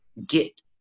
Get